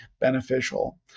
beneficial